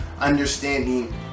understanding